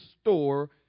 store